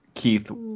Keith